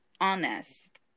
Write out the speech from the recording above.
honest